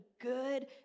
good